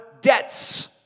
debts